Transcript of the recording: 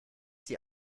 sie